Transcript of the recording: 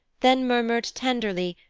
then murmured, tenderly,